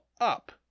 up